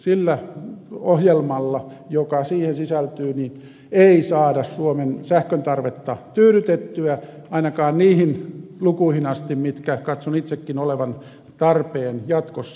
sillä ohjelmalla joka siihen sisältyy ei saada suomen sähköntarvetta tyydytettyä ainakaan niihin lukuihin asti joiden katson itsekin olevan tarpeen jatkossa